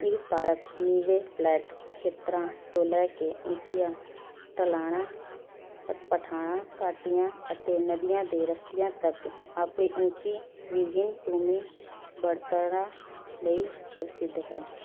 ਇਹ ਪਾਰਕ ਨੀਵੇਂ ਫਲੈਟ ਖੇਤਰਾਂ ਤੋਂ ਲੈ ਕੇ ਉੱਚੀਆਂ ਢਲਾਣਾਂ ਪ ਪਠਾਣਾ ਘਾਟੀਆਂ ਅਤੇ ਨਦੀਆਂ ਦੇ ਰਸਤਿਆਂ ਤੱਕ ਆਪਣੀ ਉੱਚੀ ਵਿਭਿੰਨ ਭੂਮੀ ਬਣਤਰਾਂ ਲਈ ਪ੍ਰਸਿੱਧ ਹੈ